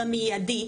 במיידי,